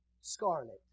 scarlet